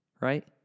Right